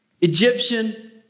Egyptian